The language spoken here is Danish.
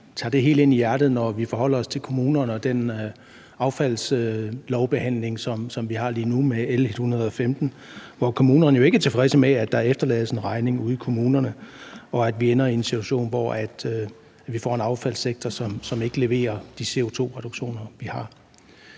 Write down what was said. tager det helt ind i hjertet, når vi forholder os til kommunerne og den affaldslovbehandling, som vi har lige nu med L 115, hvor kommunerne jo ikke er tilfredse med, at der efterlades en regning ude hos dem, og at vi ender i en situation, hvor vi får en affaldssektor, som ikke leverer de CO2-reduktioner, vi har